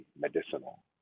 medicinal